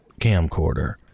camcorder